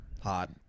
Hot